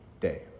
day